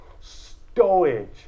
Stowage